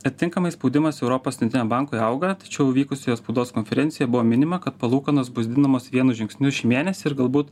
atitinkamai spaudimas europos centriniam bankui auga tačiau vykusioje spaudos konferencija buvo minima kad palūkanos bus didinamos vienu žingsniu šį mėnesį ir galbūt